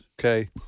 Okay